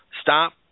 stop